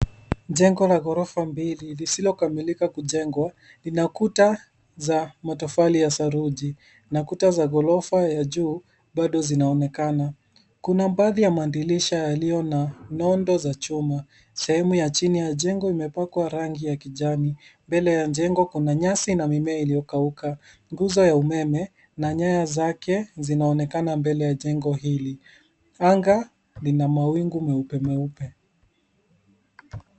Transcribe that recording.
Jengo la ghorofa mbili lisilokamilika kujengwa lina kuta za matafari ya saruji na kuta za ghorofa ya juu bado zinaonekana. Kuna baadhi ya madirisha yaliyo na nondo za chuma sehemu ya chini ya jengo imepakwa rangi ya kijani mbele ya jengo kuna nyasi na mimea iliyokauka nguzo ya umeme na nyaya zake zinaonekana mbele ya jengo hili, anga lina mawingu meupe mweupe.